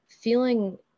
feeling